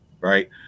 right